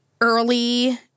early